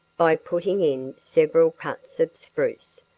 by putting in several cuts of spruce,